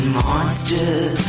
monsters